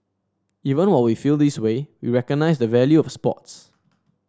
even all we feel this way we recognise the value of sports